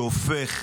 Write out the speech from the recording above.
שהופך